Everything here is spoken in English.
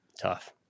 Tough